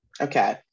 Okay